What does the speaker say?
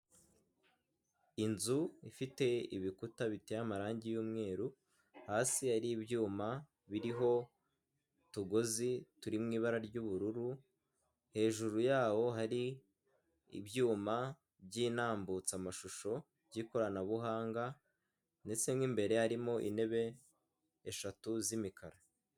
Inzu ifite ibikuta biteye amarangi y'umweru hasi hari ibyuma biriho utugozi turi mu ibara ry'ubururu, hejuru yawo hari ibyuma by'intambutsamashusho by'ikoranabuhanga ndetse nk'imbere harimo intebe eshatu z'imikara.